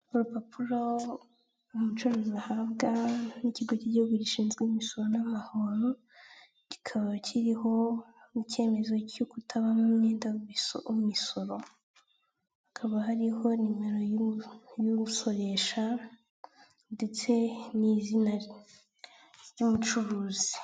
Urupapuro umucuruzi ahabwa n'ikigo cy'igihugu gishinzwe imisoro n'amahoro, kikaba kiriho icyemezo cyo kutabamo umwenda w'imisoro hakaba hariho nimero y'uwusoresha ndetse n'izina ry'umucuruzi.